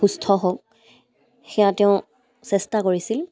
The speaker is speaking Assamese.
সুস্থ হওক সেয়া তেওঁ চেষ্টা কৰিছিল